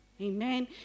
amen